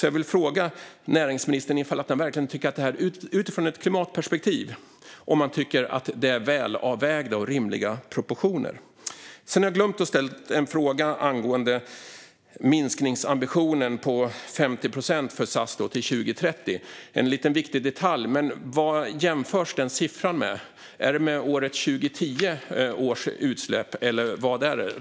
Jag vill fråga näringsministern om han verkligen tycker att det utifrån ett klimatperspektiv är välavvägda och rimliga proportioner. Jag glömde att ställa en fråga angående minskningsambitionen på 50 procent för SAS till 2030. Det handlar om en liten men viktig detalj: Vad jämförs denna siffra med? Är det med utsläppen år 2010, eller vad är det?